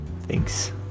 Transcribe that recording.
Thanks